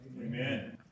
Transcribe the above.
amen